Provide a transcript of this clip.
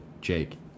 Jake